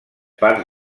parts